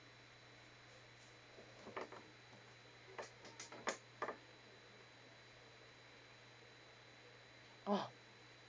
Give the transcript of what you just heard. oh